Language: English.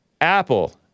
Apple